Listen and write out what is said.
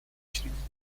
учредить